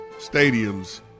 stadiums